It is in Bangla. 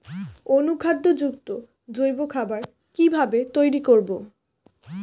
অনুখাদ্য যুক্ত জৈব খাবার কিভাবে তৈরি করব?